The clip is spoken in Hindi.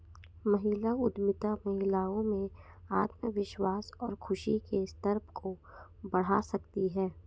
महिला उद्यमिता महिलाओं में आत्मविश्वास और खुशी के स्तर को बढ़ा सकती है